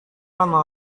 lama